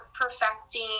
perfecting